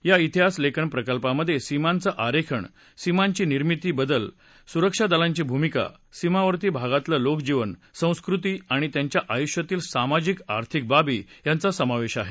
या तिहासलेखन प्रकल्पामधे सीमांचं आरेखन सीमांची निर्मिती बदल सुरक्षा दलांची भूमिका सीमावर्ती भागातलं लोकजीवन संस्कृती आणि त्यांच्या आयुष्यातील सामाजिक आर्थिक बाबी यांचा समावेश आहे